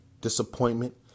disappointment